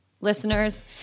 listeners